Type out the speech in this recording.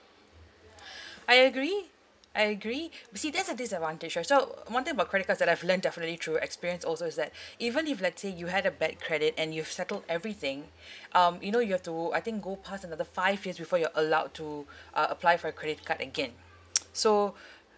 I agree I agree you see that's the disadvantage uh so one thing about credit cards that I've learned definitely through experience also is that even if let's say you had a bad credit and you've settled everything um you know you have to I think go past another five years before you're allowed to uh apply for a credit card again so